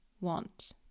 want